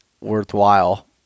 worthwhile